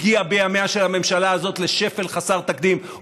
הגיע בימיה של הממשלה הזאת לשפל חסר תקדים.